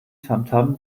tamtam